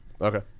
Okay